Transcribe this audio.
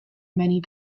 many